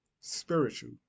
spiritual